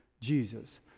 Jesus